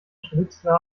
schnitzler